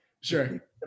Sure